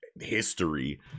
history